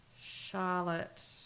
Charlotte